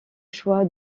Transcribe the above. choix